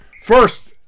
First